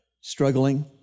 struggling